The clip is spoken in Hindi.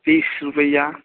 तीस रुपये